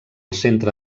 centre